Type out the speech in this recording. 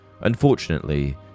Unfortunately